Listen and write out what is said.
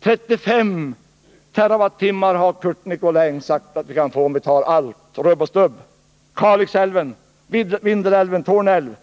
35 terawattimmar har Curt Nicolin sagt att vi kan få om vi tar allt, rubb och stubb: Kalix älv, Vindelälven, Torne älv.